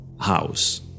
house